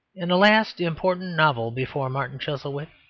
in the last important novel before martin chuzzlewit,